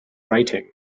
writing